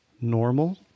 normal